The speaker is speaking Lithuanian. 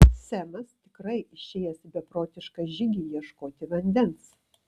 semas tikrai išėjęs į beprotišką žygį ieškoti vandens